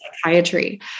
psychiatry